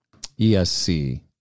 ESC